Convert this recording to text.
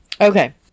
okay